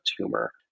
tumor